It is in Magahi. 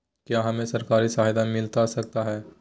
क्या हमे सरकारी सहायता मिलता सकता है?